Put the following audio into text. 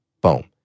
Boom